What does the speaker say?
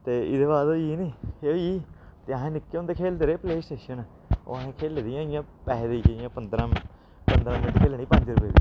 ते एह्दे बाद होई गेई नी एह् होई गेई ते असें निक्के होंदे खेलदे रेह् प्ले स्टेशन ओह् असें खेली दियां इ'यां पैहे देइयै इ'यां पंदरां मैंट्ट खेलनी पंज रपेऽ दी